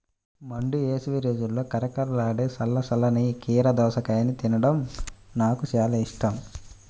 మండు వేసవి రోజుల్లో కరకరలాడే చల్ల చల్లని కీర దోసకాయను తినడం నాకు చాలా ఇష్టం